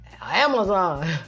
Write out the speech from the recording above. Amazon